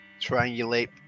triangulate